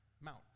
Mount